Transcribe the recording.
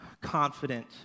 confident